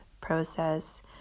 process